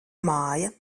māja